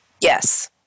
Yes